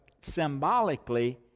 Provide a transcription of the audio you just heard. symbolically